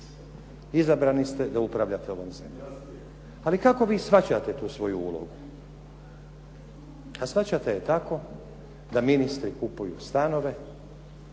Izabrani ste da upravljate ovom zemljom. Ali kako vi shvaćate tu vašu ulogu? A shvaćate je tako da ministri kupuju stanove,